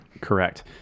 correct